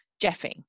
jeffing